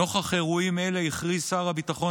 נוכח אירועים אלו הכריז שר הביטחון